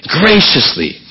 graciously